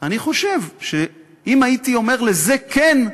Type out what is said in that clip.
אני חושב שאם הייתי אומר לזה כן,